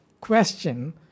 question